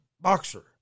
boxer